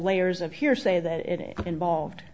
layers of hearsay that it involved